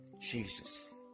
Jesus